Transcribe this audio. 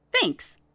Thanks